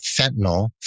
fentanyl